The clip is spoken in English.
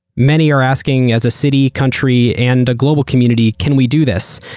many are asking as a city, country, and a global community, can we do this?